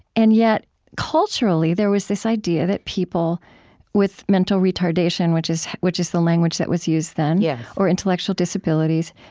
and yet, culturally, there was this idea that people with mental retardation, which is which is the language that was used then, yeah or intellectual disabilities,